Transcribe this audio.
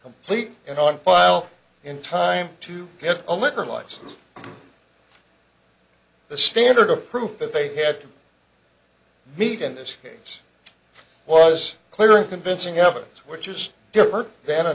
complete and on file in time to get a liquor license the standard of proof that they had to meet in this case was clear and convincing evidence which is different than a